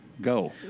go